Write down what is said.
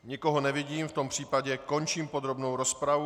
Nikoho nevidím, v tom případě končím podrobnou rozpravu.